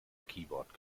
keyboard